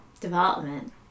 development